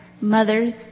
Mothers